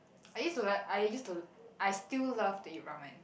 I used to like I used to I still love to eat ramen